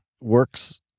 works